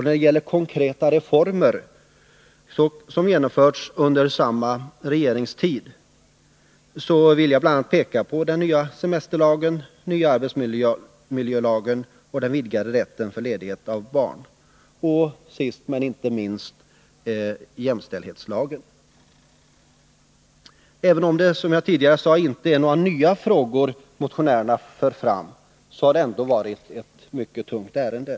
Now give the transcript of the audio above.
När det gäller konkreta reformer som genomförts under samma regeringstid vill jag bl.a. peka på den nya semesterlagen, den nya arbetsmiljölagen, den vidgade rätten till ledighet för vård av barn och sist men inte minst jämställdhetslagen. Även om det, som jag tidigare sade, inte är några nya frågor motionärerna för fram, så har det här ändå varit ett mycket tungt ärende.